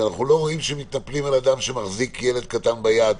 שאנחנו לא רואים שמתנפלים על אדם שמחזיק ילד קטן ביד.